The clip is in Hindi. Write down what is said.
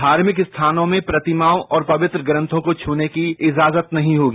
धार्मिक स्थानों में प्रतिमाओं और पवित्र धर्म ग्रंथों को छूने की इजाजत नहीं होगी